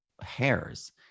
hairs